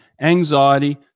anxiety